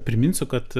priminsiu kad